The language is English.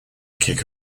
kick